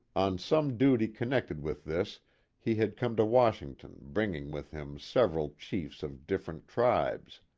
on some duty connected with this he had come to washington bringing with him several chiefs of different tribes.